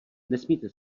nesmíte